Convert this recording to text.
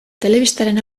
telebistaren